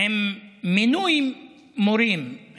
עם מינוי מורים,